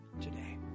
today